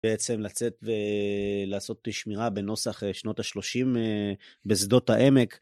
בעצם לצאת ולעשות אה שמירה בנוסח שנות ה-30 בשדות העמק.